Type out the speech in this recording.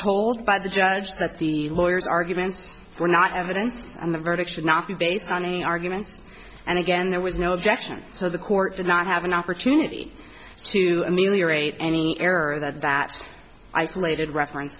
told by the judge that the lawyers arguments were not evidence and the verdict should not be based on any arguments and again there was no objection so the court did not have an opportunity to ameliorate any error that that isolated re